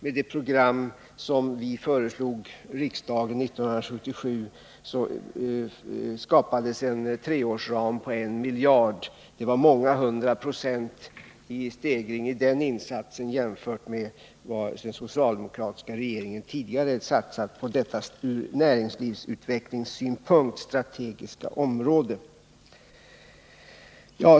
Med det program som vi föreslog riksdagen 1977 skapades en treårsram på 1 miljard. Det var många hundra procents stegring i insatsen jämfört med vad den socialdemokratiska regeringen tidigare satsade på detta för näringslivets utveckling strategiska område.